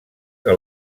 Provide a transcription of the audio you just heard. que